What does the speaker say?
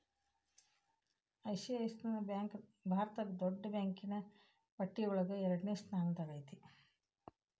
ICICI bank ಭಾರತದ್ ದೊಡ್ಡ್ ಬ್ಯಾಂಕಿನ್ನ್ ಪಟ್ಟಿಯೊಳಗ ಎರಡ್ನೆ ಸ್ಥಾನ್ದಾಗದ